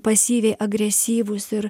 pasyviai agresyvūs ir